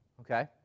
okay